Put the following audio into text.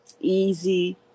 easy